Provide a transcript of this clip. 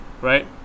right